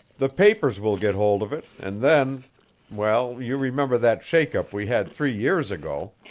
the papers will get hold of it, and then well, you remember that shake-up we had three years ago.